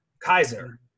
Kaiser